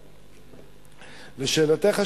3. לשאלתך השלישית,